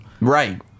Right